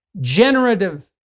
generative